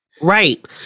right